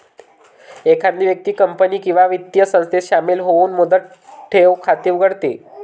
एखादी व्यक्ती कंपनी किंवा वित्तीय संस्थेत शामिल होऊन मुदत ठेव खाते उघडते